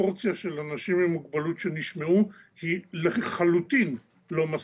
הפרופורציה של אנשים עם מוגבלות שנשמעו היא לחלוטין לא מספיקה,